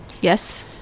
Yes